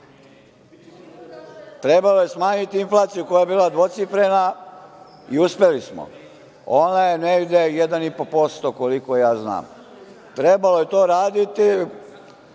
Trebalo je smanjiti inflaciju koja je bila dvocifrena i uspeli smo. Ona je negde 1,5% koliko ja znam. Trebalo je to raditi